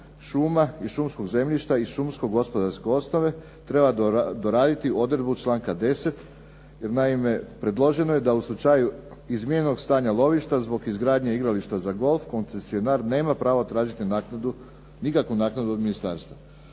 šuma i šumskog zemljišta i šumsko gospodarske osnove treba doraditi odredbu članka 10. jer naime predloženo je da u slučaju izmijenjenog stanja lovišta zbog izgradnje igrališta za golf koncesionar nema pravo tražiti naknadu, nikakvu naknadu od ministarstva.